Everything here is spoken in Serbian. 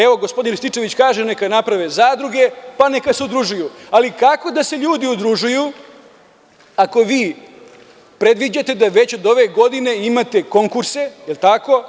Evo, gospodin Rističević kaže neka naprave zadruge, pa neka se udružuju; ali kako da se ljudi udružuju ako vi predviđate da već od ove godine imate konkurse, da li je tako?